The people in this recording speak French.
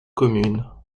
communes